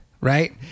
right